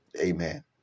Amen